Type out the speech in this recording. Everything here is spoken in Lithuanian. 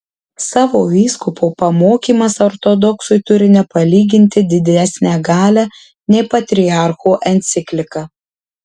savo vyskupo pamokymas ortodoksui turi nepalyginti didesnę galią nei patriarcho enciklika